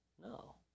No